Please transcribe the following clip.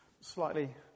slightly